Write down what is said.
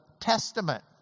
Testament